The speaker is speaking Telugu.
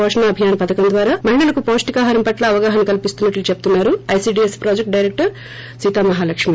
వోషణ అభియాన్ పథకం ద్వారా మహిళలకు పెప్టికాహారం పట్ల అవగాహన కల్పిస్తున్నట్లు చెబుతున్నారు ఐసీడీఎస్ ప్రాజెక్ట్ డైరెక్టర్ సీతామహాలక్ష్మి